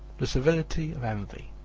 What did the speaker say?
the civility of envy.